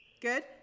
Good